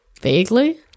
vaguely